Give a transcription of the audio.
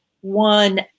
one